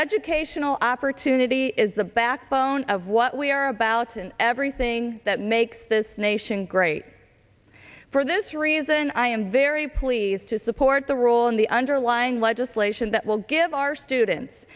educational opportunity is the backbone of what we are about and everything that makes this nation great for this reason i am very pleased to support the role in the underlying legislation that will give our students